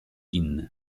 inny